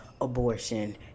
abortion